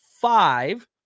five